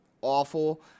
awful